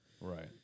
right